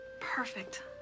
perfect